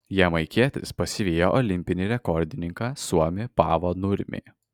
jamaikietis pasivijo olimpinį rekordininką suomį paavo nurmį